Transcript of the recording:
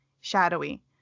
shadowy